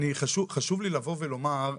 חשוב לי לומר,